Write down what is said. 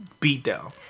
beatdown